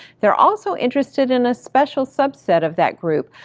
they're also interested in a special subset of that group,